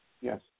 Yes